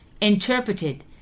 interpreted